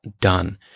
done